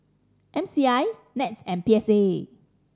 M C I NETS and P S A